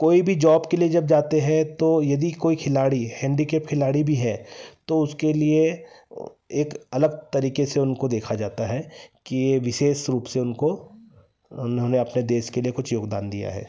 कोई भी जॉब के लिए जब जाते हैं तो यदि कोई खिलाड़ी हैंडिकैप्ड खिलाड़ी भी है तो उसके लिए एक अलग तरीके से उनको देखा जाता है कि ये विशेष रूप से उनको उन्होंने अपने देश के लिए कुछ योगदान दिया है